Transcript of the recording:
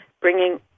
bringing